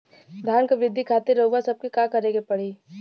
धान क वृद्धि खातिर रउआ सबके का करे के पड़ी?